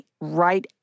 right